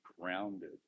grounded